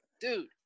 Dude